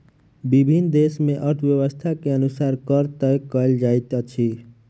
विभिन्न देस मे अर्थव्यवस्था के अनुसार कर तय कयल जाइत अछि